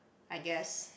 I guess